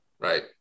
right